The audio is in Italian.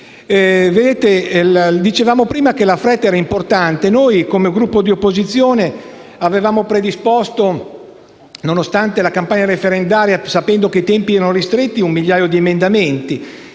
dicevamo prima, la fretta era importante. Noi, come Gruppo di opposizione, avevamo predisposto, nonostante la campagna referendaria e sapendo che i tempi erano ristretti, un migliaio di emendamenti.